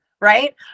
Right